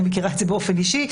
אני מכירה את זה באופן אישי,